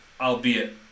albeit